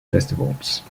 festivals